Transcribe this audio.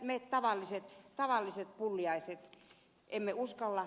me tavalliset pulliaiset emme uskalla